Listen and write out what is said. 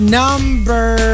number